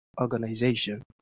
organization